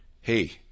Hey